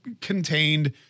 contained